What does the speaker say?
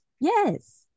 Yes